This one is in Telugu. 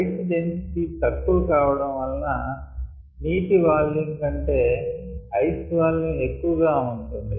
ఐస్ డెన్సిటీ తక్కువ కావడం వలన నీటి వాల్యూమ్ కంటే ఐస్ వాల్యూమ్ ఎక్కువగా ఉంటుంది